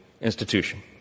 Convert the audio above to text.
institution